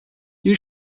you